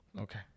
Okay